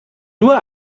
nur